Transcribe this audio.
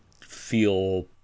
feel